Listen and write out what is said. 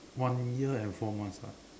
one year and four months [what]